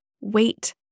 Wait